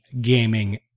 gaming